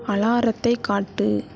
அலாரத்தை காட்டு